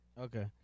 Okay